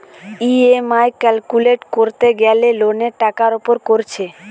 EMI calculate কোরতে গ্যালে লোনের টাকার উপর কোরছে